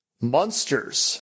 Monsters